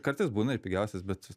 kartais būna ir pigiausias bet